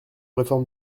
réforme